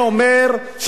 אינני אומר.